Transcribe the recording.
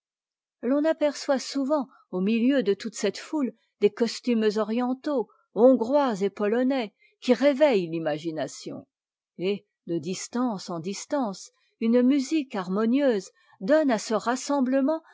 l'on aperçoit souvent au milieu de toute cette foule des costumes orientaux hongrois et polonais qui réveillent l'imagination et de distance en distance une musique harmonieuse donne à ce rassemblen